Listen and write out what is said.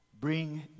bring